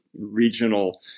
regional